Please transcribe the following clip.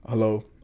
Hello